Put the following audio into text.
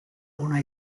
ona